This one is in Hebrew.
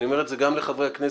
אני אומר את זה גם לחברי הכנסת,